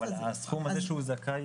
אבל הסכום הזה שהוא זכאי,